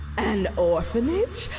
an orphanage?